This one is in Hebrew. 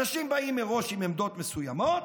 אנשים באים מראש עם עמדות מסוימות,